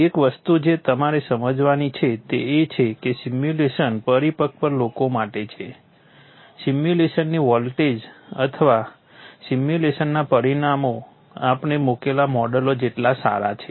એક વસ્તુ જે તમારે સમજવાની છે તે એ છે કે સિમ્યુલેશન પરિપક્વ લોકો માટે છે સિમ્યુલેશનની વેલ્યુજ અથવા સિમ્યુલેશનના પરિણામો આપણે મૂકેલા મોડેલો જેટલા સારા છે